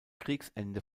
kriegsende